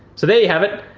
so there you have it.